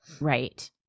Right